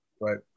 right